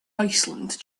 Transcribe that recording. iceland